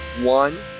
one